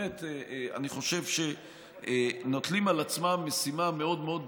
אני חושב שהם נוטלים על עצמם משימה מאוד מאוד גדולה: